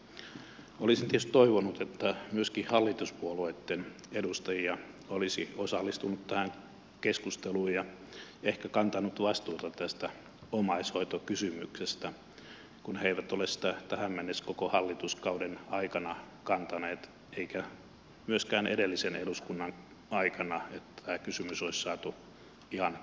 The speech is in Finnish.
olisin tietysti toivonut että myöskin hallituspuolueitten edustajia olisi osallistunut tähän keskusteluun ja ehkä kantanut vastuuta tästä omais hoitokysymyksestä kun he eivät ole sitä tähän mennessä koko hallituskauden aikana kantaneet eikä myöskään edellisen eduskunnan aikana että tämä kysymys olisi saatu ihan kuntoon